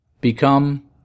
Become